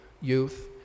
youth